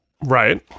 Right